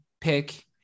pick